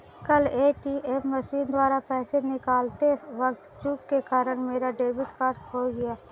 कल ATM machine द्वारा पैसे निकालते वक़्त चूक के कारण मेरा डेबिट कार्ड खो गया